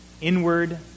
inward